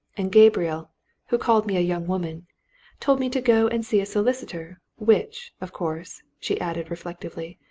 and gabriel who called me a young woman told me to go and see a solicitor, which, of course, she added reflectively,